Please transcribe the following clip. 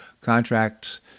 Contracts